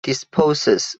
disposes